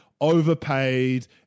overpaid